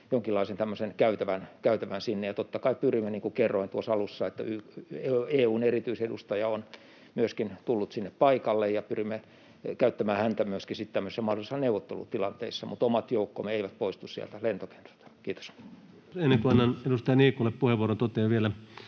tämmöisen käytävän sinne. Ja totta kai pyrimme, niin kuin kerroin tuossa alussa, että myöskin EU:n erityisedustaja on tullut sinne paikalle, käyttämään myöskin häntä tämmöisissä mahdollisissa neuvottelutilanteissa. Mutta omat joukkomme eivät poistu sieltä lentokentältä. — Kiitos. Ennen kuin annan edustaja Niikolle puheenvuoron, totean vielä,